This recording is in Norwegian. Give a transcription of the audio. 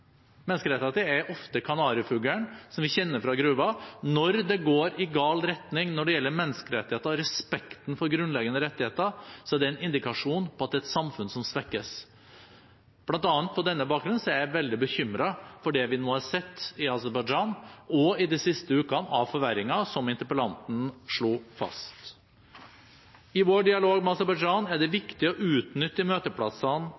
Menneskerettigheter er ofte som kanarifuglen vi kjenner fra gruven: Når det går i gal retning når det gjelder menneskerettigheter og respekten for grunnleggende rettigheter, er det en indikasjon på at det er et samfunn som svekkes. Blant annet på denne bakgrunn er jeg veldig bekymret over det vi nå har sett av forverringer i Aserbajdsjan i de siste ukene, noe interpellanten slo fast. I vår dialog med Aserbajdsjan er det viktig å utnytte de møteplassene